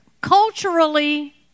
Culturally